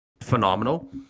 phenomenal